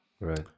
Right